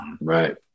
Right